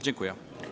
Dziękuję.